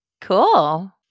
Cool